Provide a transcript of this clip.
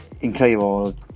incredible